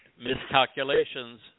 miscalculations